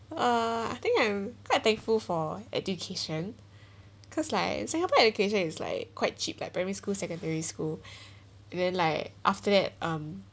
uh I think I'm quite thankful for education cause like singapore education is like quite cheap like primary school secondary school then like after that um